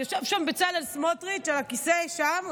ישב בצלאל סמוטריץ' על הכיסא שם,